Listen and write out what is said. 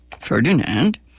Ferdinand